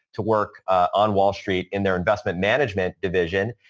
to work on wall street in their investment management division.